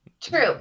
True